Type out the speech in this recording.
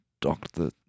Doctor